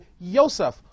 Yosef